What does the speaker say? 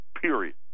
period